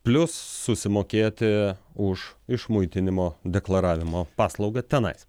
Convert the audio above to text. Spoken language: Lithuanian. plius susimokėti už išmuitinimo deklaravimo paslaugą tenais